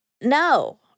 no